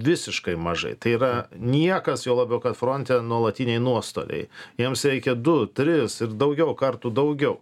visiškai mažai tai yra niekas juo labiau kad fronte nuolatiniai nuostoliai jiems reikia du tris ir daugiau kartų daugiau